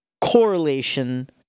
Correlation